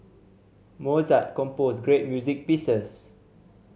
Mozart composed great music pieces